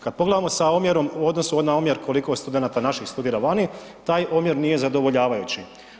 Kad pogledamo sa omjerom u odnosu na omjer koliko studenata naših studira vani, taj omjer nije zadovoljavajući.